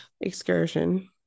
excursion